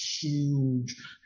huge